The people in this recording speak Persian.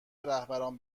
رهبران